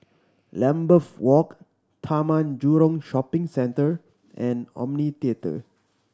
Lambeth Walk Taman Jurong Shopping Centre and Omni Theatre